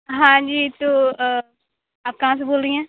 हाँ जी तो आप कहाँ से बोल रही हैं